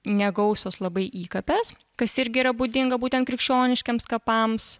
negausios labai įkapės kas irgi yra būdinga būtent krikščioniškiems kapams